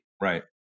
Right